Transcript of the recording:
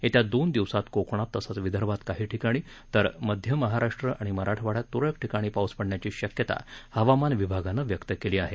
येत्या दोन दिवसात कोकणात तसंच विदर्भात काही ठिकाणी तर मध्य महाराष्ट्र आणि मराठवाइयात त्रळक ठिकाणी पाऊस पडण्याची शक्यता हवामान विभागानं व्यक्त केली आहे